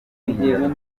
twarimo